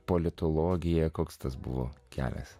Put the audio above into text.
politologija koks tas buvo kelias